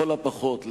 ולכל הפחות,